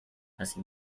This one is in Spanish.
así